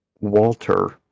Walter